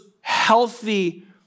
healthy